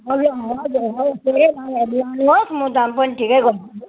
म दाम पनि ठिकै गरिदिन्छु